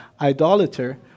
idolater